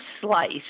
slice